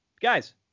guys